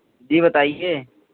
जी बताइए